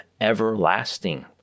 everlasting